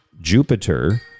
Jupiter